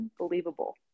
unbelievable